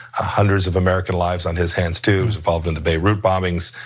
hundreds of american lives on his hands too was involved in the beirut bombings.